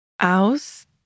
Aus